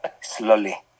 slowly